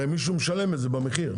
הרי מישהו משלם את זה במחיר.